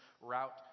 route